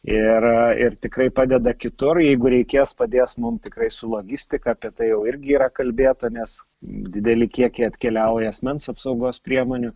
ir ir tikrai padeda kitur jeigu reikės padės mum tikrai su logistika apie tai jau irgi yra kalbėta nes dideli kiekiai atkeliauja asmens apsaugos priemonių